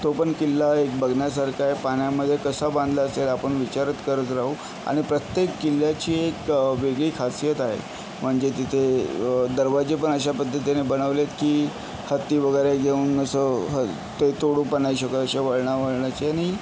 तो पण किल्ला एक बघण्यासारखा आहे पाण्यामध्ये कसा बांधला असेल आपण विचारच करत राहू आणि प्रत्येक किल्ल्याची एक वेगळी खासीयत आहे म्हणजे तिथे दरवाजे पण अशा पद्धतीने बनवलेत की हत्ती वगैरे घेऊन असं ह ते तोडू पण नाही शकत असे वळणावळणाचे नि